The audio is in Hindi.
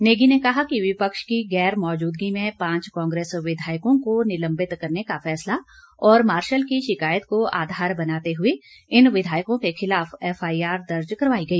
नेगी ने कहा कि विपक्ष की गैरमौजूदगी में पांच कांग्रेस विधायकों को निलंबित करने का फैसला और मार्शल की शिकायत को आधार बनाते हुए इन विधायकों के खिलाफ एफआईआर दर्ज करवाई गई